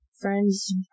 Friends